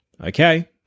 Okay